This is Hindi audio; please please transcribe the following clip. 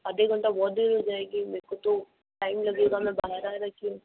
आधे घंटा बहुत देर हो जाएगी मेरे को तो टाइम लगेगा मैं बाहर आ रखी हूँ